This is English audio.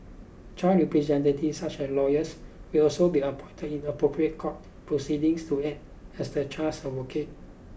child representatives such as lawyers will also be appointed in appropriate court proceedings to act as the child's advocate